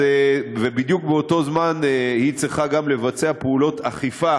ובדיוק באותו זמן היא צריכה גם לבצע פעולות אכיפה